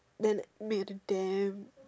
then make until damn